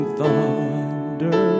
thunder